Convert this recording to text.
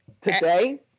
Today